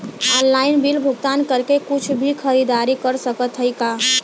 Online bill भुगतान करके कुछ भी खरीदारी कर सकत हई का?